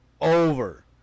over